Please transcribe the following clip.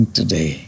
Today